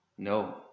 No